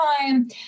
time